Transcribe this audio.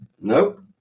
Nope